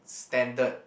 standard